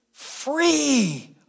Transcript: free